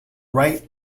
right